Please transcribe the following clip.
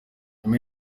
nyuma